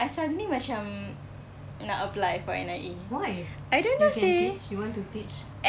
I suddenly macam nak apply for N_I_E